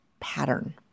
pattern